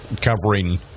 covering